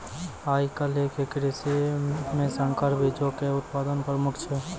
आइ काल्हि के कृषि मे संकर बीजो के उत्पादन प्रमुख छै